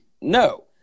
no